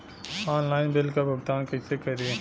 Online bill क भुगतान कईसे करी?